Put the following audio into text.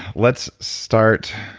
let's start.